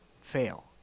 fail